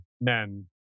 men